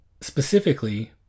specifically